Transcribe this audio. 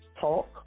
talk